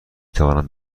توانم